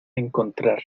encontrar